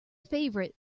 favorite